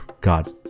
God